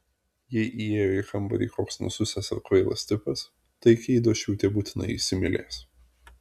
jei įėjo į kambarį koks nususęs ir kvailas tipas tai keidošiūtė būtinai įsimylės